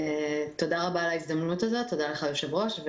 תודה רבה על ההזדמנות הזאת, תודה לך היושב-ראש.